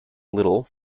little